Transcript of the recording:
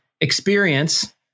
experience